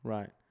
Right